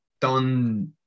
done